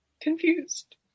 confused